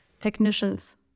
technicians